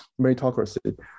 Meritocracy